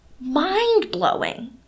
mind-blowing